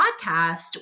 podcast